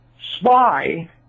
spy